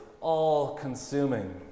all-consuming